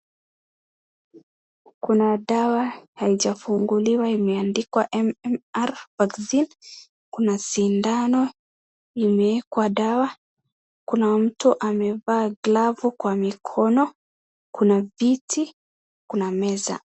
Kuna dawa, haijafunguliwa imeandikwa MMR Vaccine, kuna sindano imewekwa dawa, kuna mtu amevaa glavu kwa mikono, kuna viti, kuna meza.